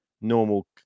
normal